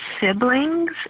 siblings